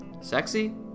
Sexy